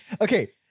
Okay